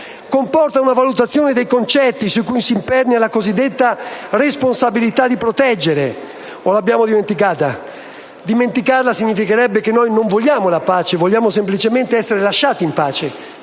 Comporta una valutazione dei concetti su cui si impernia la cosiddetta responsabilità di proteggere. O l'abbiamo dimenticata? Dimenticarla significherebbe che noi non vogliamo la pace; vogliamo semplicemente essere lasciati in pace,